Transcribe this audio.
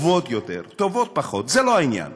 טובות יותר, טובות פחות, זה לא העניין.